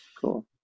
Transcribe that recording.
Cool